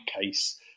case